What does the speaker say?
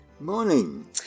Morning